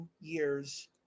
years